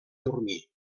dormir